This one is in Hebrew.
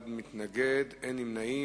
אחד מתנגד, אין נמנעים.